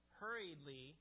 hurriedly